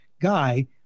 guy